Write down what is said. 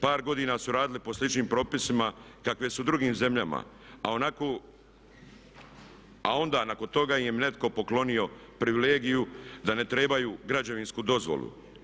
Par godina su radili po sličnim propisima kakvi su u drugim zemljama, a onda nakon toga im je netko poklonio privilegiju da ne trebaju građevinsku dozvolu.